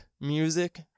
music